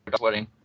wedding